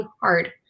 hard